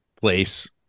place